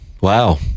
Wow